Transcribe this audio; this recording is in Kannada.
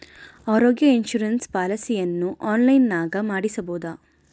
ಆರೋಗ್ಯ ಇನ್ಸುರೆನ್ಸ್ ಪಾಲಿಸಿಯನ್ನು ಆನ್ಲೈನಿನಾಗ ಮಾಡಿಸ್ಬೋದ?